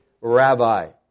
Rabbi